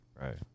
Right